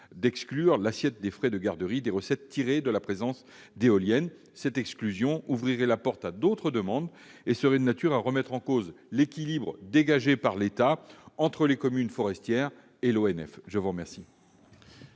d'exclure de l'assiette des frais de garderie les recettes tirées de la présence d'éoliennes. Une telle exclusion ouvrirait la porte à d'autres demandes et serait de nature à remettre en cause l'équilibre dégagé entre l'État, les communes forestières et l'Office national des